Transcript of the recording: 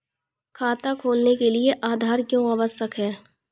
खाता खोलने के लिए आधार क्यो आवश्यक है?